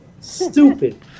Stupid